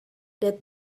that